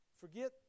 Forget